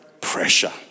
pressure